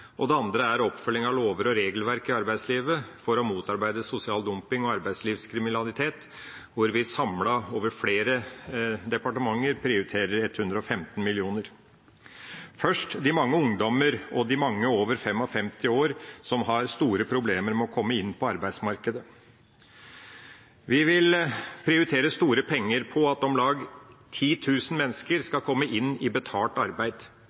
ekstra. Det andre er oppfølging av lover og regelverk i arbeidslivet for å motarbeide sosial dumping og arbeidslivskriminalitet, hvor vi samlet over flere departementer prioriterer 115 mill. kr. Først til de mange ungdommer og de mange over 55 år som har store problemer med å komme inn på arbeidsmarkedet. Vi vil prioritere store penger for at om lag 10 000 mennesker skal komme inn i betalt arbeid.